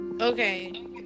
Okay